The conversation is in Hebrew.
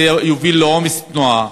זה יוביל לעומס תנועה,